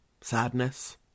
sadness